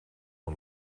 een